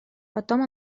потом